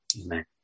Amen